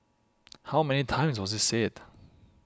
how many times was it said